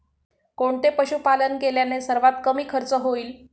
कोणते पशुपालन केल्याने सर्वात कमी खर्च होईल?